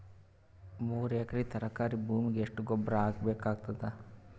ಮೂರು ಎಕರಿ ತರಕಾರಿ ಭೂಮಿಗ ಎಷ್ಟ ಗೊಬ್ಬರ ಹಾಕ್ ಬೇಕಾಗತದ?